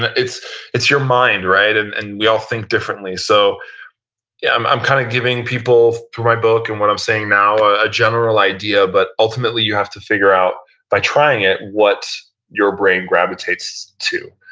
it's it's your mind. and and we all think differently. so yeah i'm i'm kind of giving people through my book, and what i'm saying now a general idea, but ultimately you have to figure out by trying it, what your brain gravitates to.